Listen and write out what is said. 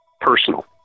personal